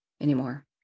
anymore